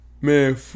Man